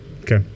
Okay